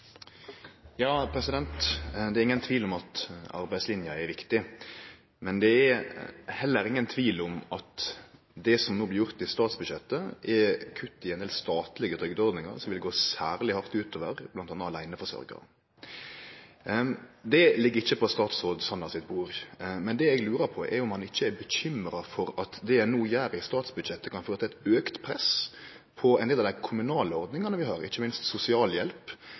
Det er ingen tvil om at arbeidslinja er viktig. Men det er heller ingen tvil om at det som no blir gjort i statsbudsjettet, er kutt i ein del statlege trygdeordningar som vil gå særleg hardt ut over bl.a. aleineforsørgjarar. Men det ligg ikkje på statsråd Sanner sitt bord. Det eg lurer på, er om han ikkje er bekymra for at det ein no gjer i statsbudsjettet, kan føre til eit auka press på ein del av dei kommunale ordningane vi har, ikkje minst